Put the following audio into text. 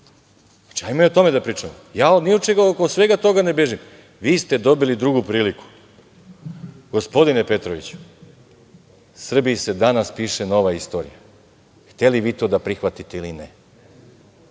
sporno. Ajmo i o tome pričamo. Ja od svega toga ne bežim. Vi ste dobili drugu priliku. Gospodine Petroviću, Srbiji se danas piše nova istorija, hteli vi to da prihvatite ili ne.